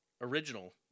original